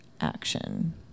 action